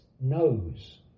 Knows